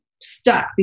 stuck